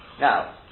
Now